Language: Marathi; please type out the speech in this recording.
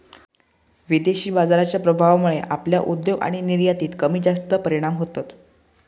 विदेशी बाजाराच्या प्रभावामुळे आपल्या उद्योग आणि निर्यातीत कमीजास्त परिणाम होतत